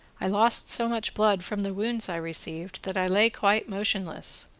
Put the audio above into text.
i lost so much blood from the wounds i received, that i lay quite motionless,